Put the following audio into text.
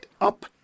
up